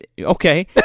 Okay